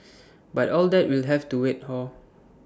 but all that will have to wait hor